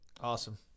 Awesome